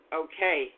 okay